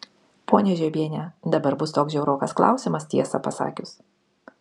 ponia žiobiene dabar bus toks žiaurokas klausimas tiesą pasakius